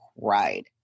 cried